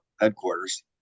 headquarters